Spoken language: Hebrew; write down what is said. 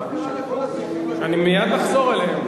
מה קרה לכל הסעיפים, מייד נחזור אליהם.